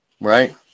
Right